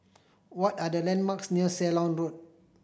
what are the landmarks near Ceylon Road